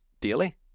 daily